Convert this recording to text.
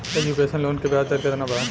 Education loan के ब्याज दर केतना बा?